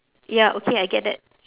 ya okay I get that